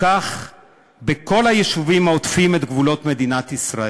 וכך בכל היישובים העוטפים את גבולות מדינת ישראל.